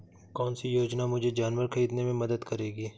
कौन सी योजना मुझे जानवर ख़रीदने में मदद करेगी?